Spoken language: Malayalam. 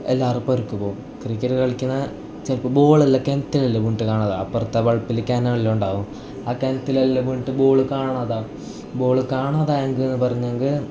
എല്ലാവരും പെരയ്ക്ക് പോവും ക്രിക്കറ്റ് കളിക്കാണെങ്കിൽ ചിലപ്പം ബോൾ എല്ലാം കിണറ്റിലെല്ലാം വീണിട്ട് കാണാതാവും അപ്പുറത്തെ വളപ്പിൽ കിണറെല്ലാം ഉണ്ടാവും ആ കിണറ്റിലെല്ലാം വീണിട്ട് ബോൾ കാണാതാവും ബോൾ കാണാതായെങ്കിൽ പറഞ്ഞെങ്കിൽ